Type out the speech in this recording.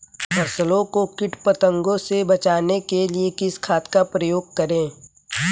फसलों को कीट पतंगों से बचाने के लिए किस खाद का प्रयोग करें?